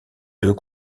deux